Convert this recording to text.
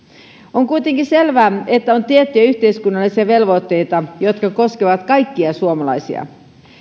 on kuitenkin selvää että on tiettyjä yhteiskunnallisia velvoitteita jotka koskevat kaikkia suomalaisia